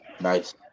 Nice